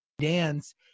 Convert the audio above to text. dance